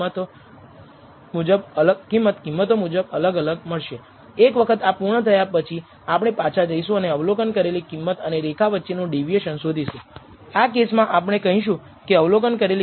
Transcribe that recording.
હવે ચાલો આપણે નિશ્ચિત સમ સ્કવેર્ડ ડેવિએશન yi અને y વચ્ચેનું વિચલન જોઈએ જે અચલની રેડલાઇન શ્રેષ્ઠ ટી છે